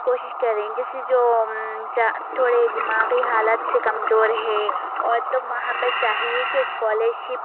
کوشش کریں جیسے جو تھوڑے دماغی حالت سے کمزور ہے اور تم وہاں پر چاہیے کہ اسکالرشپ